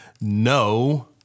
no